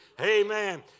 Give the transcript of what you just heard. Amen